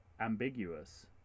ambiguous